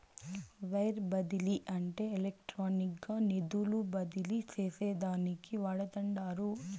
wire బదిలీ అంటే ఎలక్ట్రానిక్గా నిధులు బదిలీ చేసేదానికి వాడతండారు